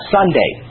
Sunday